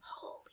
Holy